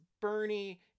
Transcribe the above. Bernie